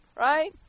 right